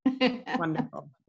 Wonderful